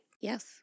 Yes